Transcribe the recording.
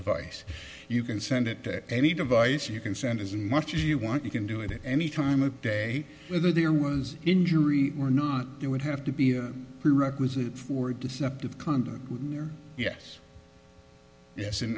vice you can send it to any device you can send as much as you want you can do it at any time of day whether there was injury or not it would have to be a prerequisite for deceptive conduct there yes yes and